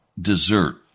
dessert